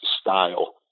style